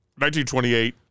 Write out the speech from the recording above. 1928